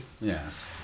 yes